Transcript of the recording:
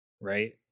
right